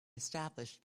established